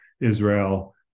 Israel